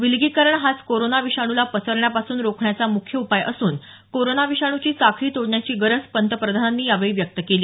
विलगीकरण हाच कोरोना विषाणूला पसरण्यापासून रोखण्याचा मुख्य उपाय असून कोरोना विषाणूची साखळी तोडण्याची गरज त्यांनी पंतप्रधानांनी यावेळी बोलतांना व्यक्त केली